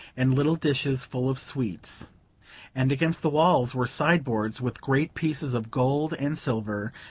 and little dishes full of sweets and against the walls were sideboards with great pieces of gold and silver,